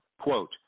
quote